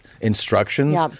instructions